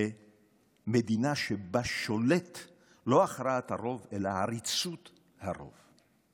למדינה שבה לא הכרעת הרוב שולטת אלא עריצות הרוב.